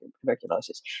tuberculosis